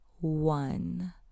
one